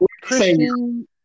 Christian